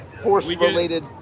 force-related